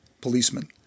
policemen